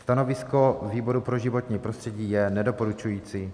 Stanovisko výboru pro životní prostředí je nedoporučující.